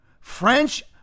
French